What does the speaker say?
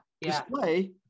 display